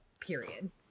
period